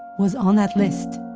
was on that list